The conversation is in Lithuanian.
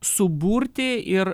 suburti ir